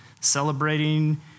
celebrating